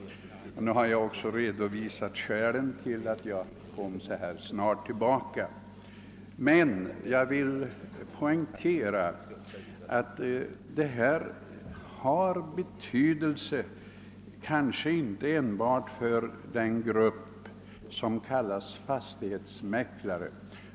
Jag har nu också redovisat skälen till att jag så snabbt återkommit till denna frågeställning. Jag vill dock poängtera att detta spörsmål inte enbart har betydelse för gruppen fastighetsmäklare.